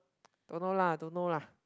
don't know lah don't know lah